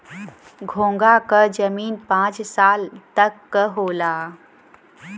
घोंघा क जीवन पांच साल तक क होला